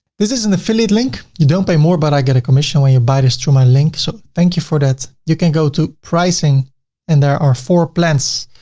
this is an affiliate link. you don't pay more, but i get a commission when you buy this through my link. so thank you for that. you can go to pricing and there are four plans.